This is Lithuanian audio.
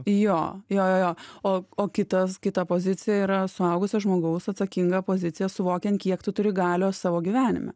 jo jo jo jo o o kitas kita pozicija yra suaugusio žmogaus atsakinga pozicija suvokiant kiek tu turi galios savo gyvenime